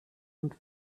und